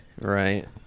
Right